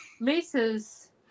Lisa's